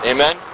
Amen